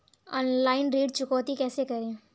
Online ऋण चुकौती कैसे करें?